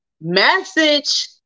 Message